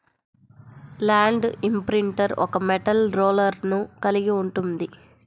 land imprinter ఒక metal రోలర్ను కలిగి ఉంటుంది